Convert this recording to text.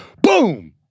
Boom